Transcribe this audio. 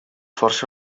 força